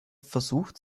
versucht